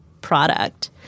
product